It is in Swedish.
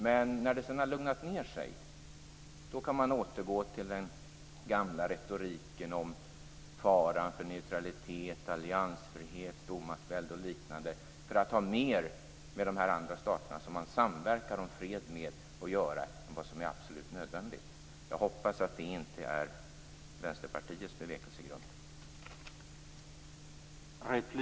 Men när det sedan har lugnat ned sig kan man återgå till den gamla retoriken om faran för neutraliteten, alliansfrihet, stormansvälde och liknande för att inte ha mer än absolut nödvändigt att göra med de stater som man skall samverka med för fred. Jag hoppas att det inte är Vänsterpartiets bevekelsegrund.